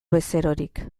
bezerorik